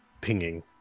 pinging